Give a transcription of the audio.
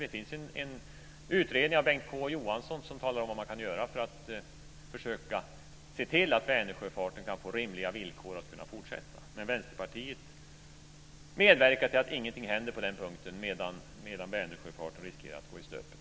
Det finns en utredning av Bengt K Å Johansson som talar om vad man kan göra för att försöka se till att Vänersjöfarten får rimliga villkor för att fortsätta. Vänsterpartiet medverkar till att ingenting händer på den punkten, medan Vänersjöfarten riskerar att gå i stöpet.